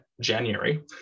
January